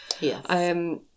yes